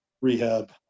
rehab